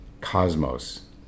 cosmos